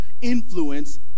influence